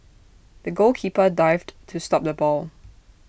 the goalkeeper dived to stop the ball